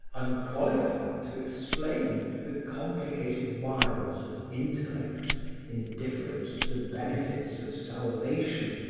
unqualified to explain the complicated wiles of intellects indifferent to the benefits of salvation,